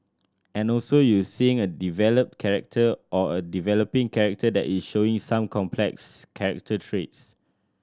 and also you're seeing a developed character or a developing character that is showing some complex character traits